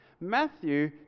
Matthew